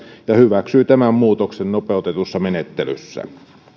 ja hyväksyy tämän muutoksen nopeutetussa menettelyssä